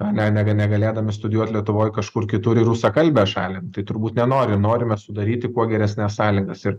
ne nega negalėdami studijuot lietuvoj kažkur kitur į rusakalbę šalį tai turbūt nenori norime sudaryti kuo geresnes sąlygas ir